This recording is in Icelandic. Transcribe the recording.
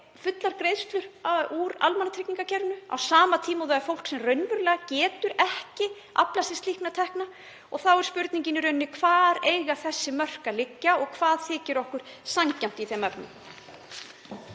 fullar greiðslur úr almannatryggingakerfinu á sama tíma og það er fólk sem raunverulega getur ekki aflað sér slíkra tekna? Og þá er spurningin í rauninni: Hvar eiga þessi mörk liggja og hvað þykir okkur sanngjarnt í þeim efnum?